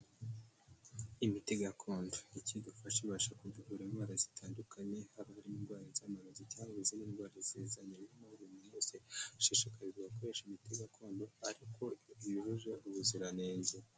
Imiti gakondo: icyo idufasha ibasha kutuvura indwara zitandukanye, haba hari indwara z'amarozi cyangwa n'izindi ndwara zizanye, buri muntu wese ashishikarizwa gukoresha imiti gakondo ariko yujuje ubuziranenge.